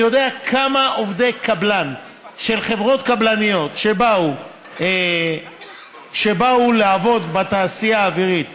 אני יודע כמה עובדי קבלן של חברות קבלניות שבאו לעבוד בתעשייה האווירית